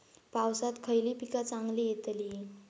पावसात खयली पीका चांगली येतली?